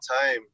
time